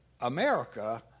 America